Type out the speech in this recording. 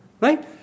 right